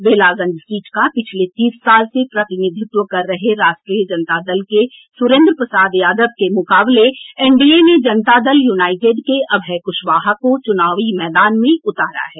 Belaganj seat का पिछले तीस साल से प्रतिनिधित्व कर रहे राष्ट्रीय जनता दल के सुरेंद्र प्रसाद यादव के मुकाबले एनडीए ने जनता दल यूनाइटेड के अभय कुशवाहा को चुनाव मैदान में उतारा है